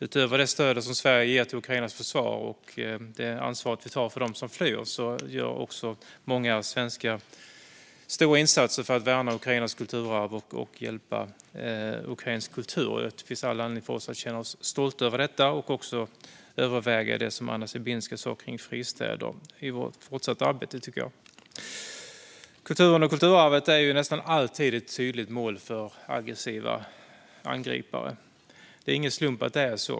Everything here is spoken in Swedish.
Utöver det stöd som Sverige ger till Ukrainas försvar och det ansvar vi tar för dem som flyr gör också många svenskar stora insatser för att värna Ukrainas kulturarv och hjälpa ukrainsk kultur. Jag tycker att det finns all anledning för oss att känna oss stolta över detta och att överväga det som Anna Sibinska sa om fristäder i vårt fortsatta arbete. Kulturen och kulturarvet är nästan alltid ett tydligt mål för aggressiva angripare. Det är ingen slump att det är så.